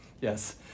Yes